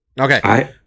Okay